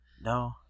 No